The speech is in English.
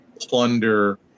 Plunder